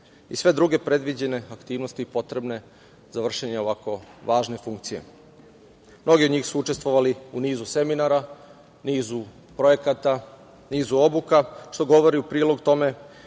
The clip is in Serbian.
i sve druge predviđene aktivnosti potrebne za vršenje ovako važne funkcije. Mnogi od njih su učestvovali u nizu seminara, nizu projekata, nizu obuka, što govori u prilog tome